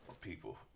people